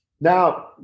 Now